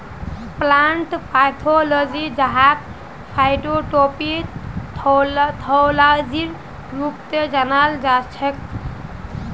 plant pathology जहाक फाइटोपैथोलॉजीर रूपतो जानाल जाछेक